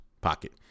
pocket